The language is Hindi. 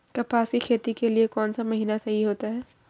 कपास की खेती के लिए कौन सा महीना सही होता है?